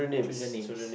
children names